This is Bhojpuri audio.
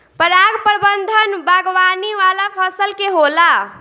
पराग प्रबंधन बागवानी वाला फसल के होला